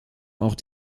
auch